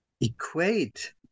equate